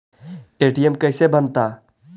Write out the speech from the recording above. ATM कैसे बनता?